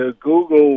Google